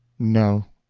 no.